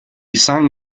sang